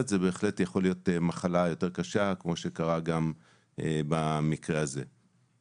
זו בהחלט יכולה להיות מחלה קשה כמו שקרה גם במקרה הזה.